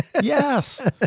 Yes